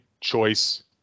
choice